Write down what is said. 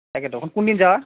তাকেটো কোন দিন যা